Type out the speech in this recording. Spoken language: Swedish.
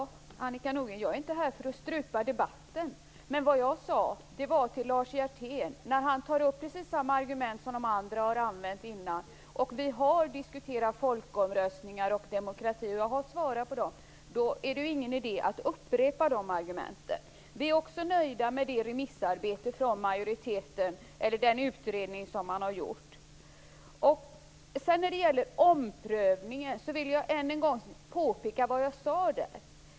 Herr talman! Jag är inte här, Annika Nordgren, för att strypa debatten. Jag tilltalade Lars Hjertén. Han tar upp precis samma argument som andra hade använt innan. Vi har diskuterat folkomröstningar och demokrati. Jag har svarat på de frågorna. Då är det ingen idé att upprepa de argumenten. Vi är också nöjda med den utredning som har gjorts. När det gäller omprövningen vill jag än en gång påpeka vad jag sade.